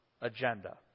agenda